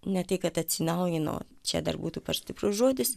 ne tai kad atsinaujino čia dar būtų per stiprus žodis